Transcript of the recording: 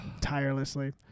Tirelessly